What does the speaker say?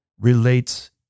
relates